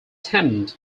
tennant